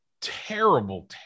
terrible